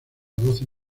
doce